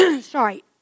sorry